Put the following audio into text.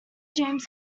james